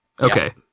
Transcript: Okay